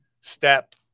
step